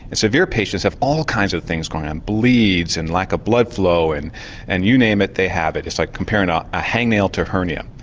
and severe patients have all kinds of things going on, bleeds and lack of blood flow and and you name it they have it, it's like comparing ah a hang nail to a hernia.